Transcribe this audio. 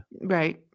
right